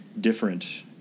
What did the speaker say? different